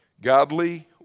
Godly